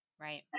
Right